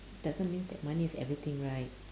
doesn't means that money is everything right